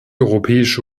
europäische